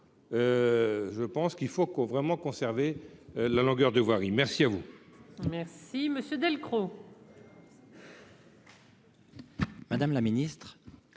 je pense qu'il faut qu'au vraiment conserver la longueur de voirie, merci à vous. Si Monsieur Delcros. Madame la Ministre,